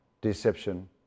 deception